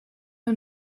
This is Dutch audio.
van